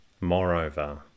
Moreover